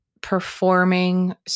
performing